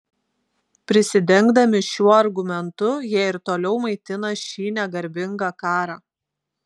prisidengdami šiuo argumentu jie ir toliau maitina šį negarbingą karą